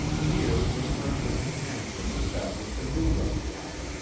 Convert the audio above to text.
here mr. and mrs. antrim established a new restaurant,